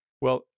Well-